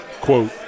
quote